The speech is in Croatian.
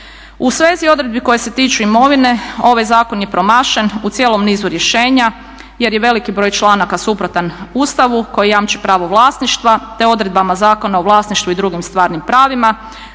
U svezi odredbi koje se tiču imovine ovaj zakon je promašen u cijelom nizu rješenja, jer je veliki broj članaka suprotan Ustavu koji jamči pravo vlasništva, te odredbama Zakona o vlasništvu i drugim stvarnim pravima.